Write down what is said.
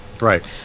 right